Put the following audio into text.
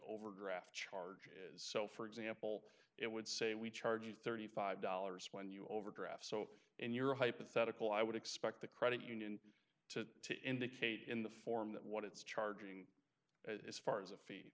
overdraft charges so for example it would say we charge you thirty five dollars when you overdraft so in your hypothetical i would expect the credit union to indicate in the form that what it's charging as far as